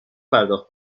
پرداخت